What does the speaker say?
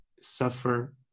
suffer